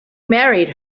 married